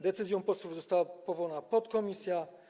Decyzją posłów została powołana podkomisja.